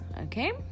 Okay